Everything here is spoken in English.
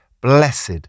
Blessed